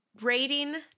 rating